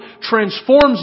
transforms